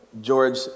George